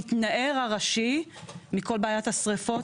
והוא המתנער הראשי מכל בעיית השרפות.